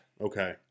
Okay